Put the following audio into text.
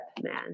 man